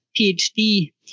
PhD